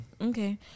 Okay